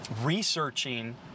researching